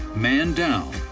man down.